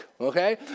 okay